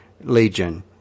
Legion